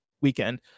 weekend